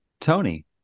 tony